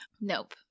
Nope